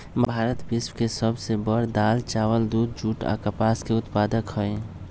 भारत विश्व के सब से बड़ दाल, चावल, दूध, जुट आ कपास के उत्पादक हई